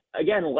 Again